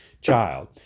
child